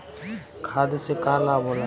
खाद्य से का लाभ होला?